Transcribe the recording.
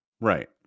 right